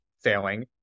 failing